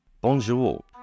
Bonjour